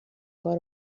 کار